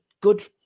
good